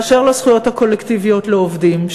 באשר לזכויות הקולקטיביות לעובדים,